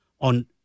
on